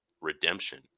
redemption